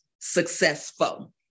successful